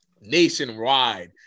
nationwide